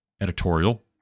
editorial